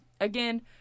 again